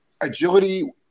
agility